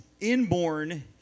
inborn